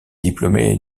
diplômé